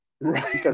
Right